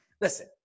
listen